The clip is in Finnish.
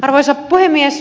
arvoisa puhemies